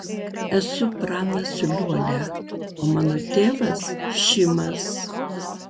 esu pranas liuolia o mano tėvas šimas